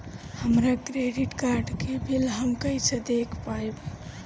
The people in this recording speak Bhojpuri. हमरा क्रेडिट कार्ड के बिल हम कइसे देख पाएम?